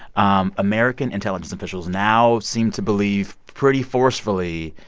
um american intelligence officials now seem to believe, pretty forcefully,